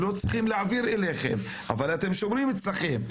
לא צריכים להעביר אליכם אבל אתם שומרים אותו אצלכם.